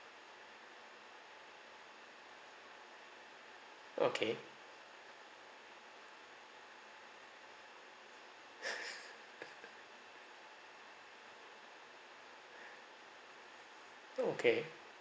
okay okay